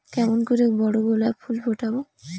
কেমন করে বড় গোলাপ ফুল ফোটাব?